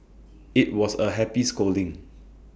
IT was A happy scolding